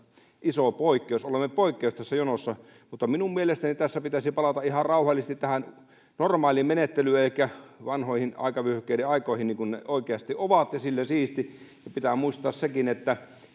iso poikkeus olemme poikkeus tässä jonossa mutta minun mielestäni tässä pitäisi palata ihan rauhallisesti normaalimenettelyyn elikkä vanhoihin aikavyöhykkeiden aikoihin niin kuin ne oikeasti ovat ja sillä siisti pitää muistaa sekin että